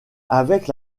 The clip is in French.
avec